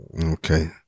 Okay